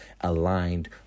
aligned